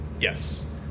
Yes